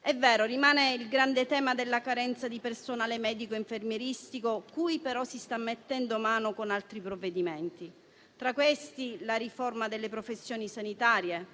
È vero: rimane il grande tema della carenza di personale medico e infermieristico, cui però si sta mettendo mano con altri provvedimenti; tra questi, la riforma delle professioni sanitarie,